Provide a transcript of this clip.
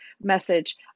message